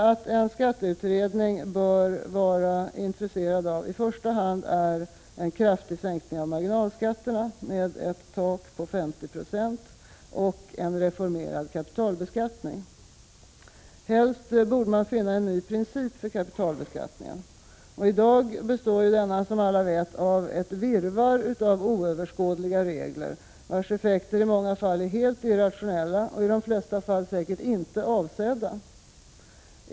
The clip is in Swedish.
Vad en skatteutredning enligt min mening i första hand bör vara intresserad av är en kraftig sänkning av marginalskatterna, med ett tak på 50 20 samt en reformerad kapitalbeskattning. Helst borde man finna en ny princip för kapitalbeskattningen. Som alla vet består denna i dag av ett virrvarr av oöverskådliga regler, vars effekter i många fall är helt irrationella och i de flesta fall säkert inte avsedda.